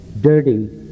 dirty